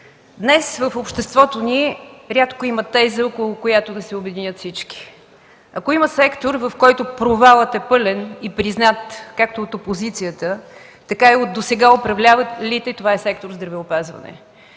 Днес в обществото ни рядко има теза, около която да се обединят всички. Ако има сектор, в който провалът е пълен и признат както от опозицията, така и от досега управлявалите, това е сектор „Здравеопазване”.